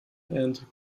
and